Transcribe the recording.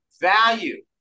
value